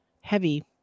heavy